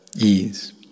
ease